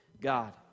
God